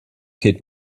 kid